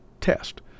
Test